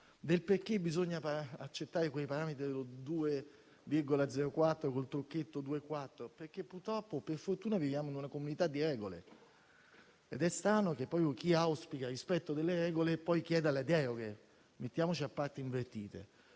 per cui bisogna accettare quei parametri del 2,04 (col trucchetto 2,4), perché purtroppo o per fortuna viviamo in una comunità di regole ed è strano che proprio chi auspica il rispetto delle regole poi chieda delle deroghe. Mettiamoci a parti invertite: